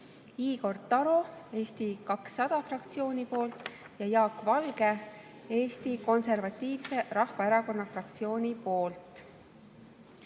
Igor Taro Eesti 200 fraktsiooni poolt ja Jaak Valge Eesti Konservatiivse Rahvaerakonna fraktsiooni